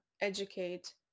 educate